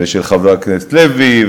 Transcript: ושל חבר הכנסת לוי,